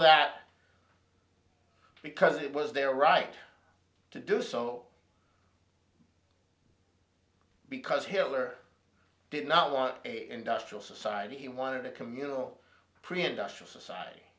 that because it was their right to do so because hitler did not want industrial society he wanted a communal